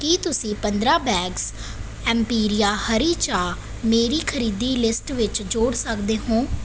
ਕੀ ਤੁਸੀਂ ਪੰਦਰ੍ਹਾਂ ਬੈਗਜ਼ ਐਮਪੀਰੀਆ ਹਰੀ ਚਾਹ ਮੇਰੀ ਖਰੀਦੀ ਲਿਸਟ ਵਿੱਚ ਜੋੜ ਸਕਦੇ ਹੋ